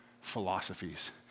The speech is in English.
philosophies